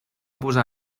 posar